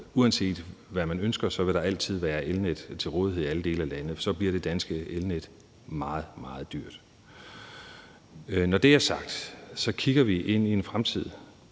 uanset hvad man ønsker, altid vil være elnet til rådighed i alle dele af landet. Så bliver det danske elnet meget, meget dyrt. Når det er sagt, kigger vi ind i en fremtid,